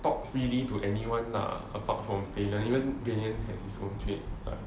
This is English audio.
talk freely to anyone lah apart from valen even valen has its own clique like